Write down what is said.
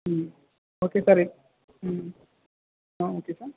okay సరే okay sir